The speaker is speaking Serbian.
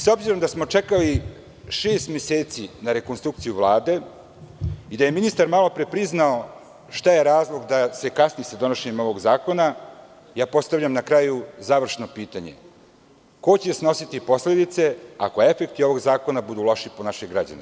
S obzirom da smo čekali šest meseci na rekonstrukciju Vlade i da je ministar malo pre priznao šta je razlog da se kasni sa donošenjem ovog zakona, postavljam na kraju završno pitanje - ko će snositi posledice ako efekti ovog zakona budu loši po naše građane?